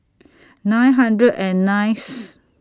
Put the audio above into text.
nine hundred and nineth